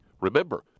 Remember